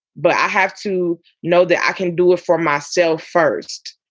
but i have to know that i can do it for myself first,